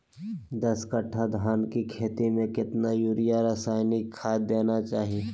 दस कट्टा धान की खेती में कितना यूरिया रासायनिक खाद देना चाहिए?